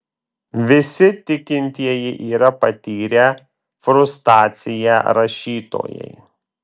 visi tikintieji yra patyrę frustraciją rašytojai